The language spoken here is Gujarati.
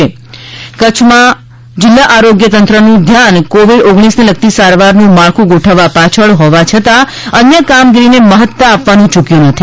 ક ચ્છ આરોગ્ય સેવા કચ્છમાં જિલ્લા આરોગ્ય તંત્રનું ધ્યાન કોવિડ ઓગણીસને લગતી સારવારનું માળખું ગોઠવવા પાછળ હોવા છતાં અન્ય કામગીરી ને મહત્તા આપવાનું યૂકયું નથી